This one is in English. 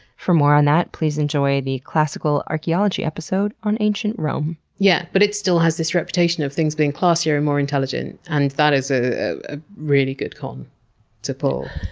for more on that, please enjoy the classical archaeology episode on ancient yeah but it still has this reputation of things being classier and more intelligent. and that is ah a really good con to pull.